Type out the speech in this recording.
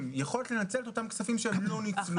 יכולת לנצל את אותם כספים שהם לא ניצלו?